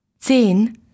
Zehn